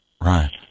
Right